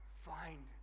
find